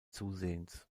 zusehends